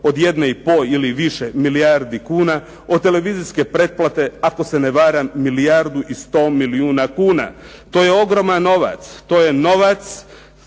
od 1,5 ili više milijardi kuna, od televizijske pretplate ako se ne varam milijardu i 100 milijuna kuna. To je ogroman novac, to je novac